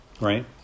right